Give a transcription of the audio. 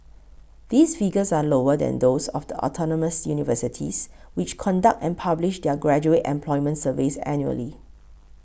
these figures are lower than those of the autonomous universities which conduct and publish their graduate employment surveys annually